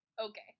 Okay